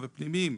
אבל פנימיים,